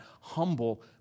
humble